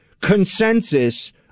consensus